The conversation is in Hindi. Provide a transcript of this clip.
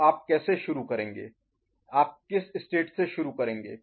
तो आप कैसे शुरू करेंगे आप किस स्टेट से शुरू करेंगे